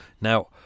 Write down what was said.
Now